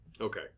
Okay